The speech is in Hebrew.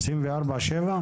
24/7?